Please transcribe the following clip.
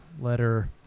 letter